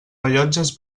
rellotges